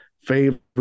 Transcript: favorite